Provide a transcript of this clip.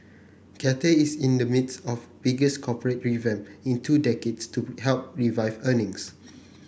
Cathay is in the midst of biggest corporate revamp in two decades to help revive earnings